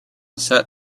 set